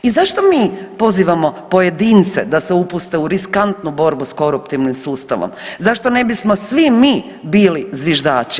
I zašto mi pozivamo pojedince da se upuste u riskantnu borbu s koruptivnim sustavom, zašto ne bismo svi mi bili zviždači?